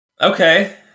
Okay